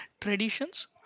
Traditions